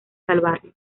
salvarlo